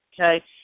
Okay